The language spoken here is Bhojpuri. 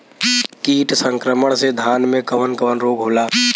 कीट संक्रमण से धान में कवन कवन रोग होला?